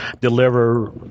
deliver